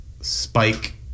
spike